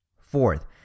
Fourth